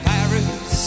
Paris